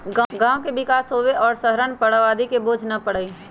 गांव के विकास होवे और शहरवन पर आबादी के बोझ न पड़ई